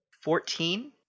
Fourteen